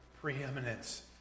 preeminence